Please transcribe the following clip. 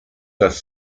das